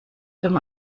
dem